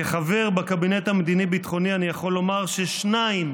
כחבר בקבינט הביטחוני-מדיני אני יכול לומר ששניים